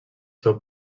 seu